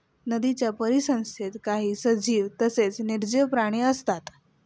नदीच्या परिसंस्थेत काही सजीव तसेच निर्जीव प्राणी असतात